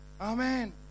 Amen